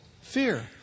fear